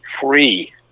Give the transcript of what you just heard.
free